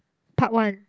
part one